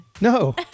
No